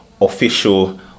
official